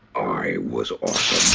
i was awesome!